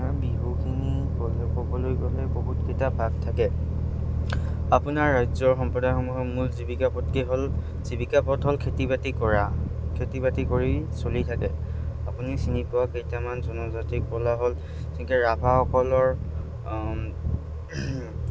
ক'বলৈ গ'লে বহুতকেইটা ভাগ থাকে আপোনাৰ ৰাজ্যৰ সম্প্ৰদায়সমূহৰ মূল জীৱিকা পথটি হ'ল জীৱিকা পথ হ'ল খেতি বাতি কৰা খেতি বাতি কৰি চলি থাকে আপুনি চিনি পোৱা কেইটামান জনজাতিক বলা হ'ল যেনেকে ৰাভাসকলৰ